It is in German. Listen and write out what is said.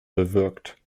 bewirkt